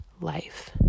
life